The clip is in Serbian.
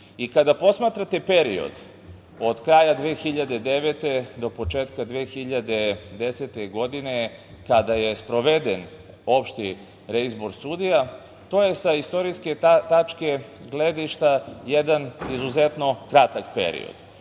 posmatrate period od kraja 2009. do početka 2010. godine, a kada je sproveden opšti reizbor sudija, to je sa istorijske tačke gledišta jedan izuzetno kratak period,